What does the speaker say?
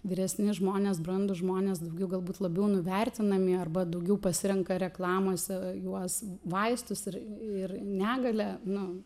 vyresni žmonės brandūs žmonės daugiau galbūt labiau nuvertinami arba daugiau pasirenka reklamose juos vaistus ir negalę nu